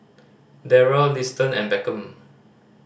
Darrel Liston and Beckham